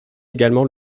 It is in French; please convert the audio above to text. également